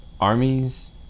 armies